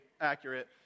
accurate